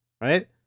right